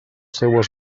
seues